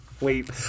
Wait